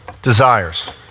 desires